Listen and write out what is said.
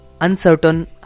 uncertain